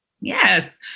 Yes